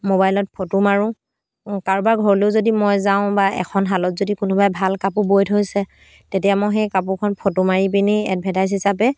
মোবাইলত ফটো মাৰোঁ কাৰোবাৰ ঘৰলৈও যদি মই যাওঁ বা এখন শালত যদি কোনোবাই ভাল কাপোৰ বৈ থৈছে তেতিয়া মই সেই কাপোৰখন ফটো মাৰি পিনি এডভাৰটাইজ হিচাপে